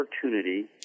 opportunity